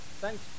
thanks